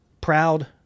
proud